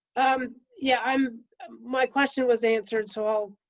um yeah, um my question was answered so